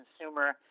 consumer